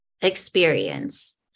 experience